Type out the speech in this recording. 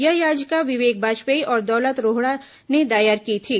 यह याचिका विवेक बाजपेयी और दौलत रोहड़ा ने दायर की थी